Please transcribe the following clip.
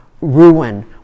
ruin